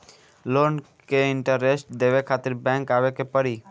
Loan के interest देवे खातिर बैंक आवे के पड़ी?